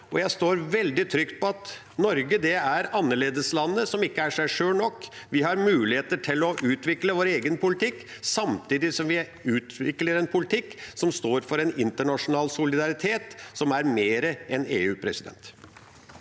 Jeg står veldig trygt på at Norge er annerledeslandet som ikke er seg sjøl nok. Vi har muligheter til å utvikle vår egen politikk samtidig som vi utvikler en politikk som står for en internasjonal solidaritet som er mer enn EU. Presidenten